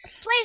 Please